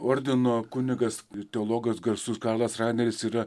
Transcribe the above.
ordino kunigas teologas garsus karlas raineris yra